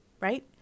right